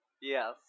Yes